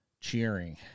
cheering